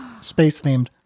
space-themed